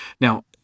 Now